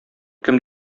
кем